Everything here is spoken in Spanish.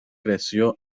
creció